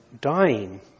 dying